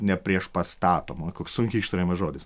nepriešpastatoma koks sunkiai ištariamas žodis